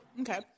Okay